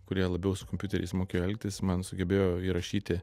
kurie labiau su kompiuteriais mokėjo elgtis man sugebėjo įrašyti